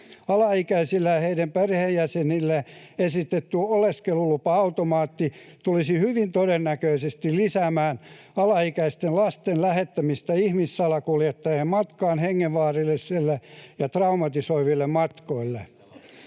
Alaikäisille ja heidän perheenjäsenilleen esitetty oleskelulupa-automaatti tulisi hyvin todennäköisesti lisäämään alaikäisten lasten lähettämistä ihmissalakuljettajien matkaan hengenvaarallisille ja traumatisoiville matkoille.